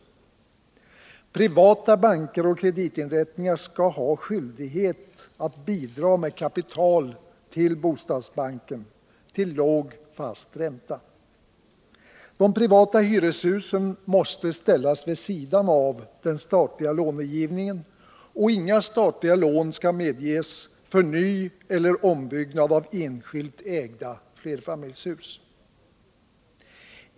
Privata banker och kreditinrättningar skall ha skyldighet att bidra med kapital till bostadsbanken till låg fast ränta. De privata hyreshusen måste ställas vid sidan av den statliga lånegivningen, och inga statliga lån skall medges för nyeller ombyggnad av enskilt ägda flerfamiljshus.